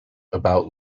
about